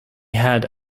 had